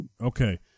Okay